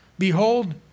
Behold